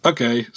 Okay